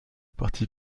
parti